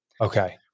Okay